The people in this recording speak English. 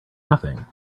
nothing